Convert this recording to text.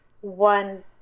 one